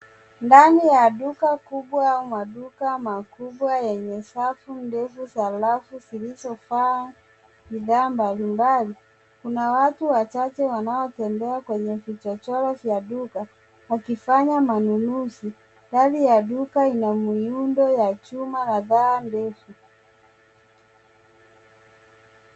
Ndani ya duka kubwa, maduka makubwa yenye safu ndefu za rafu zilizovaa bidhaa mbalimbali. Kuna watu wachache wanaotembea kwenye vichochoro vya duka, wakifanya manunuzi. Hali ya duka ina miundo ya chuma na paa ndefu.